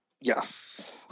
Yes